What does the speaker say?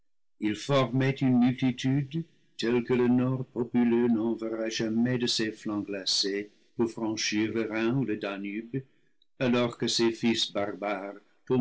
ils formaient une multitude telle que le nord populeux n'en verra jamais de ses flancs glacés pour franchir le rhin ou le danube alors que ses fils barbares